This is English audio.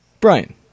Brian